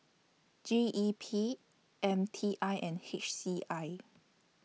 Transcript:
G E P M T I and H C I